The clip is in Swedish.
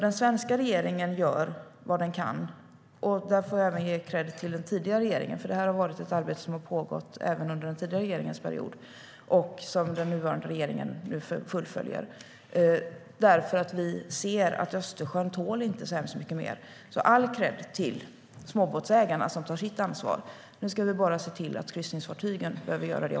Den svenska regeringen gör alltså vad den kan. Där kan jag ge kredd till den tidigare regeringen, för det här arbetet pågick även under den perioden. Nu fullföljer regeringen det arbetet. Vi ser att Östersjön inte tål så mycket mer. All kredd till småbåtsägarna som tar sitt ansvar! Nu ska vi bara se till att kryssningsfartygen också gör det.